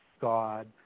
God